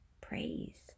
Praise